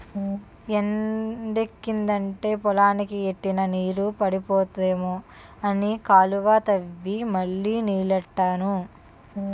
ఎండెక్కిదంటే పొలానికి ఎట్టిన నీరు ఎండిపోద్దేమో అని కాలువ తవ్వి మళ్ళీ నీల్లెట్టాను